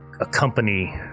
accompany